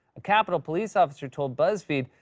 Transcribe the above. a capitol police officer told buzzfeed,